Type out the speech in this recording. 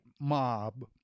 mob